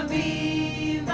a